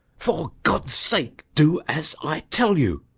for god's sake, do as i tell you!